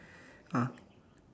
ah